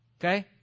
Okay